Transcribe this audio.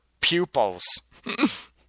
pupils